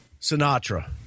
sinatra